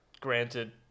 Granted